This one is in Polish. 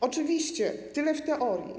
Oczywiście tyle w teorii.